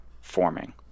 forming